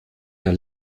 der